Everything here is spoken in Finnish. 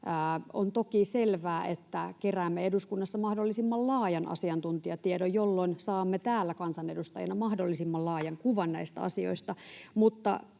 On toki selvää, että keräämme eduskunnassa mahdollisimman laajan asiantuntijatiedon, jolloin saamme täällä kansanedustajina mahdollisimman laajan kuvan [Puhemies